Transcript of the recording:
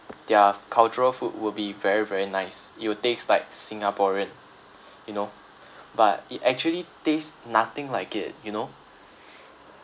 their cultural food will be very very nice it will taste like singaporean you know but it actually taste nothing like it you know